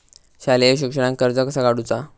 शालेय शिक्षणाक कर्ज कसा काढूचा?